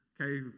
Okay